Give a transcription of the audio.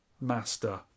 master